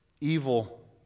evil